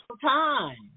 time